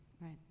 right